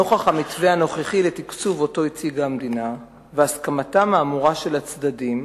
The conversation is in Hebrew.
נוכח המתווה הנוכחי שאותו הציגה המדינה והסכמתם האמורה של הצדדים,